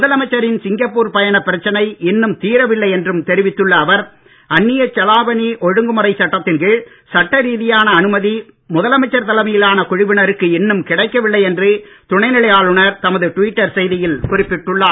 முதலமைச்சரின் சிங்கப்பூர் பயணப் பிரச்சனை இன்னும் தீரவில்லை என்றும் தெரிவித்துள்ள அவர் அந்நியச் செலாவணி ஒருங்குமுறைச் சட்டத்தின் கீழ் சட்ட ரீதியான அனுமதி முதலமைச்சர் தலைமையிலான குழுவினருக்கு இன்னும் கிடைக்கவில்லை என்று துணைநிலை ஆளுநர் தமது ட்விட்டர் செய்தியில் குறிப்பிட்டுள்ளார்